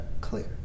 clear